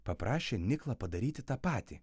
paprašė niklą padaryti tą patį